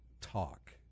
talk